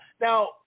Now